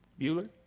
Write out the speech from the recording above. Bueller